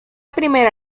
primera